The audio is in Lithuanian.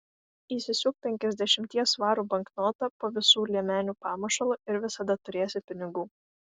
įsisiūk penkiasdešimties svarų banknotą po visų liemenių pamušalu ir visada turėsi pinigų